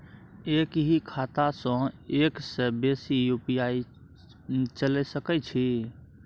एक ही खाता सं एक से बेसी यु.पी.आई चलय सके छि?